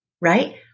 right